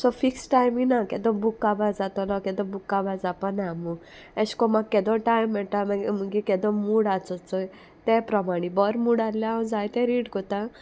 so fix टायमी ना केदो बूक काबा जातोलो केदो बूक काबा जावपा ना मू एशें कोन्न म्हाका केदो टायम मेळटा केदो मूड आसोचोय ते प्रमाणे बरो मूड आहल्यार हांव जाय तें रीड कोतां